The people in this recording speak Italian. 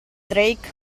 drake